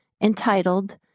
entitled